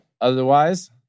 otherwise